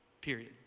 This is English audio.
Period